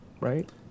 right